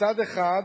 מצד אחד,